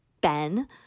ben